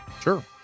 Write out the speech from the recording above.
sure